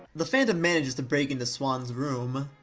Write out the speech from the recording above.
the phantom manages to break into swan's room,